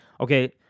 Okay